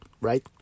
right